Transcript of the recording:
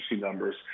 numbers